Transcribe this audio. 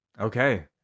Okay